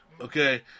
Okay